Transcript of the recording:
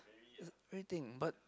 everything but